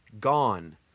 gone